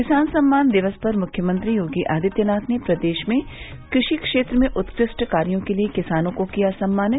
किसान सम्मान दिवस पर मुख्यमंत्री योगी आदित्यनाथ ने प्रदेश में कृषि क्षेत्र में उत्कृष्ट कार्यो के लिए किसानों को किया सम्मानित